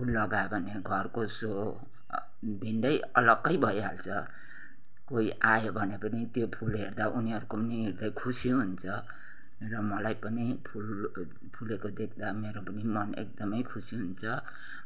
फुल लगायो भने घरको सो भिन्नै अलग्गै भइहाल्छ कोही आयो भने पनि त्यो फुल हेर्दा उनीहरूको पनि हृदय खुसी हुन्छ र मलाई पनि फुल फुलेको देख्दा मेरो पनि मन एकदमै खुसी हुन्छ